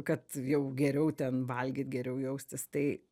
kad jau geriau ten valgyt geriau jaustis tai